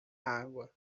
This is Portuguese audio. água